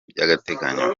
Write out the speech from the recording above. by’agateganyo